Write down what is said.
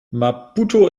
maputo